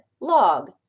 log